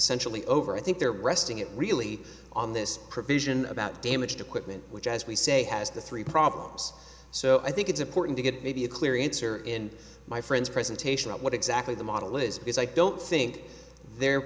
sentially over i think they're resting it really on this provision about damaged equipment which as we say has the three problems so i think it's important to get maybe a clear answer in my friend's presentation of what exactly the model is because i don't think their